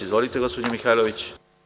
Izvolite gospođo Mihajlović.